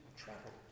travel